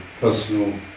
personal